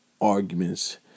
arguments